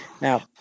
Now